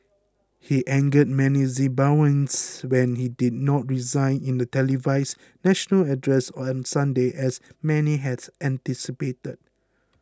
he angered many Zimbabweans when he did not resign in a televised national address on Sunday as many had anticipated